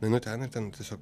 nueinu ten ir ten tiesiog